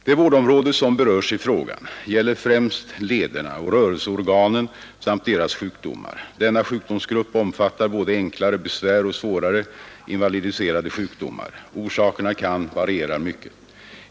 Det vårdområde som berörs i frågan gäller främst lederna och rörelseorganen samt deras sjukdomar. Denna sjukdomsgrupp omfattar både enklare besvär och svårare invalidiserande sjukdomar. Orsakerna kan variera mycket.